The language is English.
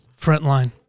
frontline